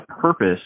purpose